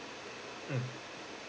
mm